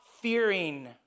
fearing